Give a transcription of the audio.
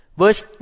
verse